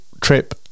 trip